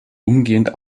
umgehend